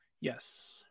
Yes